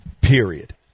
period